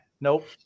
nope